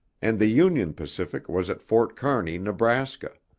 and the union pacific was at fort kearney, nebraska.